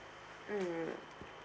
mmhmm